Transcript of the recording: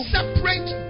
Separate